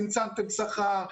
צמצמתם שכר,